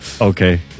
Okay